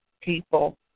people